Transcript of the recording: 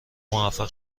موفق